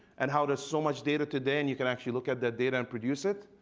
and how does so much data today, and you can actually look at the data, and produce it,